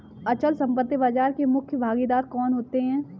अचल संपत्ति बाजार के मुख्य भागीदार कौन होते हैं?